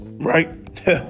right